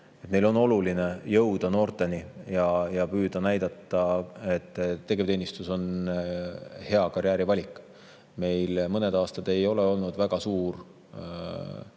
neil on oluline jõuda noorteni ja püüda näidata, et tegevteenistus on hea karjäärivalik. Meil mõned aastad ei ole olnud väga suur